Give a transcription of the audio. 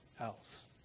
else